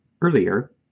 Earlier